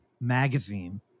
magazine